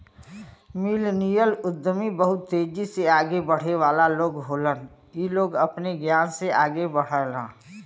millennial उद्यमी बहुत तेजी से आगे बढ़े वाला लोग होलन इ लोग अपने ज्ञान से आगे बढ़लन